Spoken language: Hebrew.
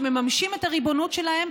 שמממשים את הריבונות שלהם,